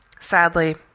sadly